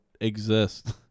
exist